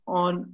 on